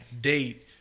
date